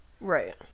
Right